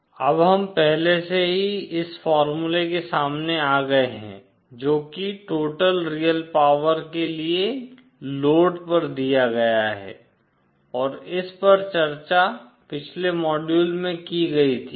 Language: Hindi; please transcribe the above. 2 l0 अब हम पहले से ही इस फॉर्मूले के सामने आ गए हैं जो कि टोटल रियल पावर के लिए लोड पर दिया गया है और इस पर चर्चा पिछले मॉड्यूल में की गई थी